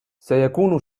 سيكون